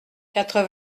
quatre